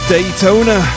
Daytona